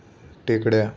टेकड्या